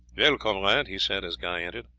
well, comrade, he said as guy entered,